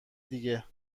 دیگه